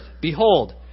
Behold